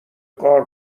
غار